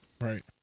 Right